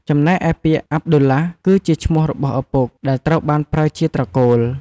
ចំណែកឯពាក្យអាប់ឌុលឡាហ្វ គឺជាឈ្មោះរបស់ឪពុក ដែលត្រូវបានប្រើជាត្រកូល។